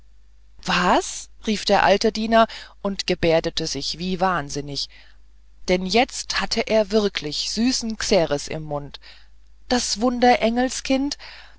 was rief der alte diener und gebärdete sich wie wahnsinnig denn jetzt hatte er wirklich süßen xeres im mund das